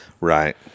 right